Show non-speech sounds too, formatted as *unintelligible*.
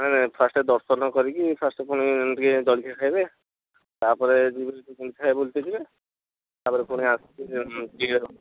ନାହିଁ ନାହିଁ ଫାଷ୍ଟ ଦର୍ଶନ କରିକି ଫାଷ୍ଟ ପୁଣି ଟିକେ ଜଳଖିଆ ଖାଇବେ ତାପରେ *unintelligible* ପୁଣି ବୁଲିତେ ଯିବେ ତା'ପରେ ପୁଣି ଆସିକି